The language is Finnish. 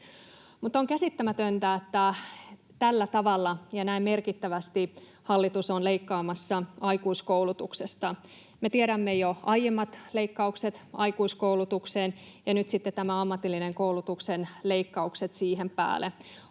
On käsittämätöntä, että tällä tavalla ja näin merkittävästi hallitus on leikkaamassa aikuiskoulutuksesta: me tiedämme jo aiemmat leikkaukset aikuiskoulutukseen, ja nyt sitten nämä ammatillisen koulutuksen leikkaukset tulevat siihen päälle.